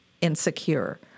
insecure